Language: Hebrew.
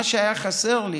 מה שהיה חסר לי,